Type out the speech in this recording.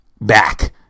back